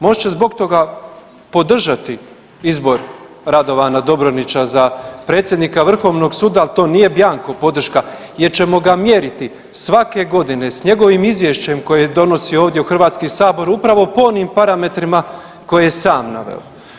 Može se zbog toga podržati izbor Radovana Dobronića za predsjednika Vrhovnog suda, ali to nije bjanko podrška jer ćemo ga mjeriti svake godine sa njegovim izvješćem koje donosi ovdje u Hrvatski sabor upravo po onim parametrima koje je sam naveo.